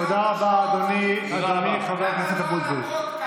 תודה רבה, אדוני חבר הכנסת אבוטבול.